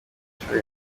inshuro